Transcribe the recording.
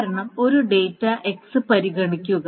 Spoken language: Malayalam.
കാരണം ഒരു ഡാറ്റ x പരിഗണിക്കുക